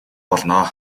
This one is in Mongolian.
болно